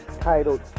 titled